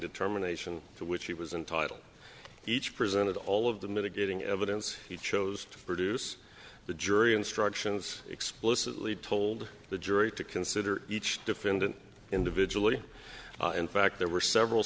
determination to which he was entitled each presented all of the mitigating evidence he chose to produce the jury instructions explicitly told the jury to consider each defendant individually in fact there were several